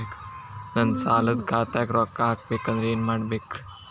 ನನ್ನ ಸಾಲದ ಖಾತಾಕ್ ರೊಕ್ಕ ಹಾಕ್ಬೇಕಂದ್ರೆ ಏನ್ ಮಾಡಬೇಕು?